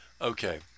Okay